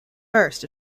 first